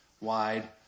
wide